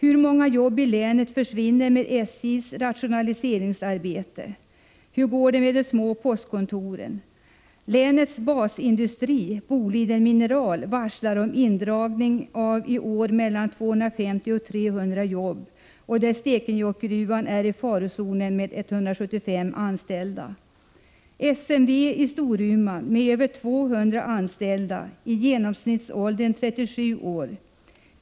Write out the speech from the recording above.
Hur många jobb i länet försvinner i och med SJ:s rationaliseringsarbete? Hur går det med de små postkontoren? Länets basindustri, Boliden Mineral, varslar i år om indragning av 250-300 jobb, och Stekenjokkgruvan med 175 anställda är i farozonen. Ett annat exempel är SMV i Storuman med över 200 anställda i genomsnittsåldern 37 år.